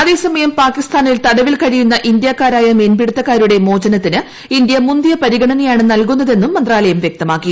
അതേസമയം പാകിസ്ഥാനിൽ തടവിൽ കഴിയുന്ന ഇന്തൃക്കാരായ മീൻപിടിത്തക്കാരുടെ മോചനത്തിന് ഇന്ത്യ മുന്തിയ പരിഗണനയാണ് നൽകുന്നതെന്നും മന്ത്രാലയം വൃക്തമാക്കി